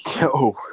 yo